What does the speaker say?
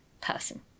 Person